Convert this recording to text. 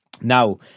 Now